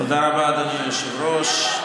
תודה רבה, אדוני היושב-ראש.